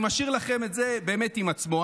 אני משאיר לכם את זה, באמת עם עצמו.